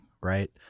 right